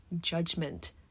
judgment